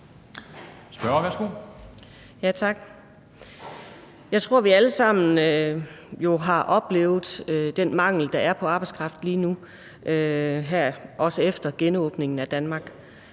Jeg tror, vi alle sammen har oplevet den mangel, der er på arbejdskraft lige nu, også efter genåbningen af Danmark.